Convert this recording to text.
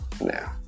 now